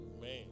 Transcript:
Amen